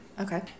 okay